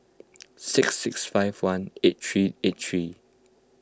six six five one eight three eight three